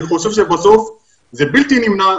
אני חושב שבסוף זה בלתי נמנע.